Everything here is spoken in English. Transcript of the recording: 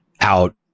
out